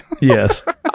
Yes